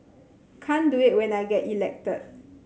can't do it when I get elected